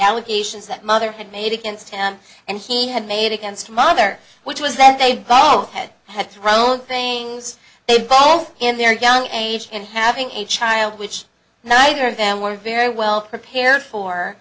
allegations that mother had made against him and he had made against mother which was that they both had had thrown things they both in their young age and having a child which neither of them were very well prepared fo